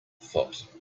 foot